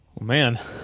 man